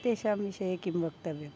तेषां विषये किं वक्तव्यम्